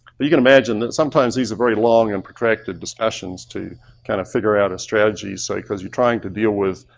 that. so you can imagine that sometimes these are very long and protracted discussions to kind of figure out a strategy. so because you're trying to deal with